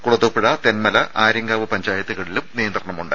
കുളത്തൂപ്പുഴ തെൻമല ആര്യങ്കാവ് പഞ്ചായത്തുകളിലും നിയന്ത്രണമുണ്ട്